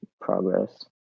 progress